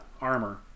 armor